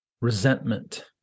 resentment